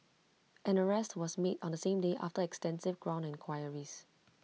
an arrest was made on the same day after extensive ground enquiries